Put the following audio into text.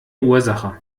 ursache